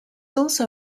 also